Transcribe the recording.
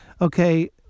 Okay